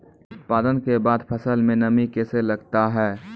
उत्पादन के बाद फसल मे नमी कैसे लगता हैं?